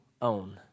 own